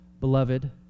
beloved